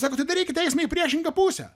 sako tai darykit eismą į priešingą pusę